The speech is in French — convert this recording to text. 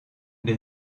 les